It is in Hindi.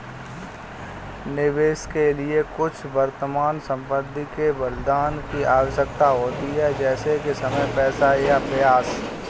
निवेश के लिए कुछ वर्तमान संपत्ति के बलिदान की आवश्यकता होती है जैसे कि समय पैसा या प्रयास